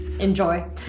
enjoy